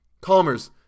Calmers